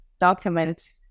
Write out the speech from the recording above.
document